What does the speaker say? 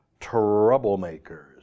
Troublemakers